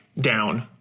down